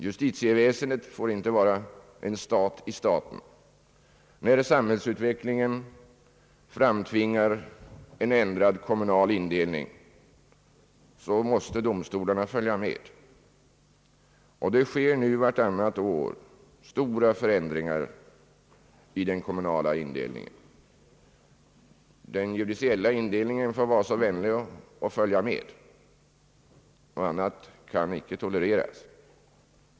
Justitieväsendet får inte vara en stat i staten. När samhällsutvecklingen framtvingar en ändrad kommunal indelning måste domstolarna följa med. Stora förändringar sker nu vartannat år i den kommunala indelningen. Den judiciella indelningen måste följa med. Något annat kan inte accepteras.